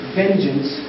vengeance